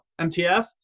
MTF